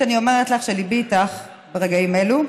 ראשית, אני אומרת לך שליבי איתך ברגעים אלו.